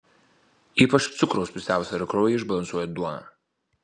ypač cukraus pusiausvyrą kraujyje išbalansuoja duona